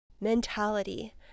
mentality